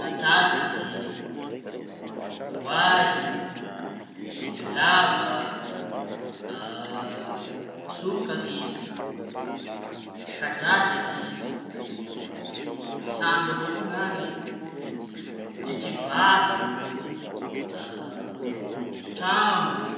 Katsatsaky, voay, bibilava, sokaky, Kadradraky, misy sando avao koa ny añy, tritribato, trambo.